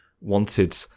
wanted